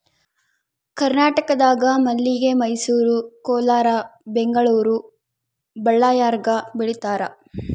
ಕರ್ನಾಟಕದಾಗ ಮಲ್ಲಿಗೆ ಮೈಸೂರು ಕೋಲಾರ ಬೆಂಗಳೂರು ಬಳ್ಳಾರ್ಯಾಗ ಬೆಳೀತಾರ